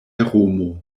romo